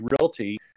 Realty